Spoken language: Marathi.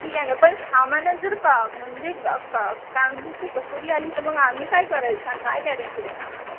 ठीक आहे ना पण सामानात जर क म्हणजे काय कसुरी आली तर मग आम्ही काय करायचा काय गॅरंटी आम्हाला